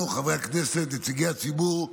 לנו, חברי הכנסת, נציגי הציבור,